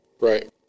right